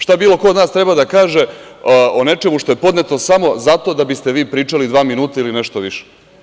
Šta bilo ko od nas treba da kaže o nečemu što je podneto samo zato da biste vi pričali dva minuta ili nešto više?